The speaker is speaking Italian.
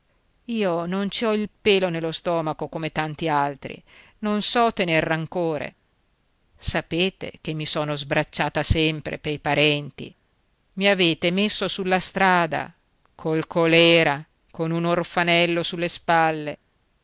io non ci ho il pelo nello stomaco come tanti altri non so tener rancore sapete che mi sono sbracciata sempre pei parenti i avete messo sulla strada col colèra con un orfanello sulle spalle